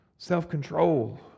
Self-control